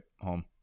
home